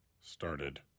started